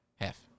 half